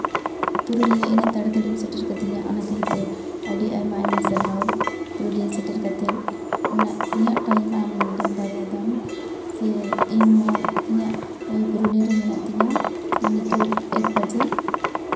ᱯᱩᱨᱩᱞᱤᱭᱟᱹ ᱩᱱᱟᱹᱜ ᱛᱟᱲᱟᱛᱟᱲᱤᱢ ᱥᱮᱴᱮᱨ ᱠᱟᱫᱤᱧᱟ ᱚᱱᱟ ᱠᱷᱟᱹᱛᱤᱨᱛᱮ ᱟᱹᱰᱤ ᱟᱭᱢᱟ ᱟᱭᱢᱟ ᱥᱟᱨᱦᱟᱣ ᱯᱩᱨᱩᱞᱤᱭᱟ ᱥᱮᱴᱮᱨ ᱠᱟᱛᱮᱫ ᱚᱱᱟ ᱤᱧᱟᱹᱜ ᱴᱟᱭᱤᱢ ᱟᱢ ᱢᱮᱱᱴᱮᱱ ᱫᱟᱲᱮᱭᱟᱫᱟᱢ ᱥᱮ ᱤᱧᱦᱚᱸ ᱤᱧᱟᱹᱜ ᱯᱩᱨᱩᱞᱤᱭᱟ ᱨᱮ ᱢᱮᱱᱟᱜ ᱛᱤᱧᱟᱹ ᱟᱨ ᱱᱤᱛᱚᱜ ᱮᱠᱵᱟᱡᱮ